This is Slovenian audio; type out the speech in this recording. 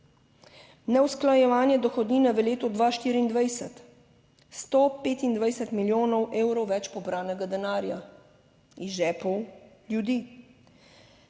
Neusklajevanje dohodnine, v letu 2024 125 milijonov evrov več pobranega denarja iz žepov ljudi.